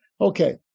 Okay